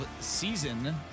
season